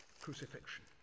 crucifixion